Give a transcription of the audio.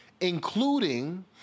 including